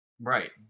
Right